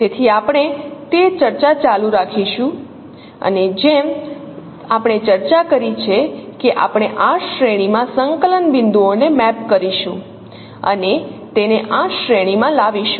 તેથી આપણે તે ચર્ચા ચાલુ રાખીશું અને જેમ જેમ આપણે ચર્ચા કરી છે કે આપણે આ શ્રેણી માં સંકલન બિંદુઓને મેપ કરીશું અને તેને આ શ્રેણીમાં લાવીશું